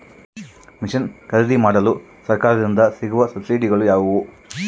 Mission ಖರೇದಿಮಾಡಲು ಸರಕಾರದಿಂದ ಸಿಗುವ ಸಬ್ಸಿಡಿಗಳು ಯಾವುವು?